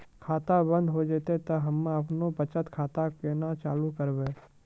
खाता बंद हो जैतै तऽ हम्मे आपनौ बचत खाता कऽ केना चालू करवै?